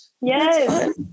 Yes